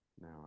Now